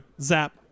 Zap